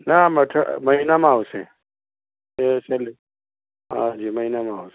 ના આમ અઠ મહિનામાં આવશે સે સેલ હાજી મહિનામાં આવશે